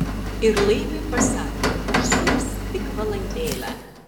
ir laimiui pasakė užsuks tik valandėlę